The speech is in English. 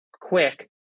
quick